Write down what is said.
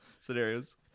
scenarios